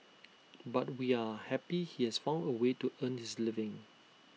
but we are happy he has found A way to earn his living